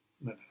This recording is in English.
no